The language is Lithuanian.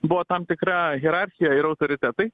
buvo tam tikra hierarchija ir autoritetai